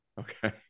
Okay